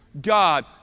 God